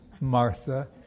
Martha